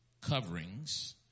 coverings